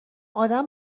ادم